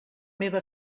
meva